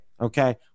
Okay